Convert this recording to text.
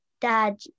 dad